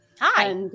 Hi